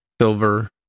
silver